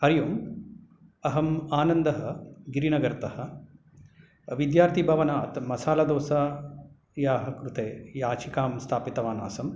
हरि ओम् अहम् आनन्दः गिरिनगर्तः विद्यार्थिभवनात् मसालादोसा याः कृते याचिकां स्थापितवान् आसन्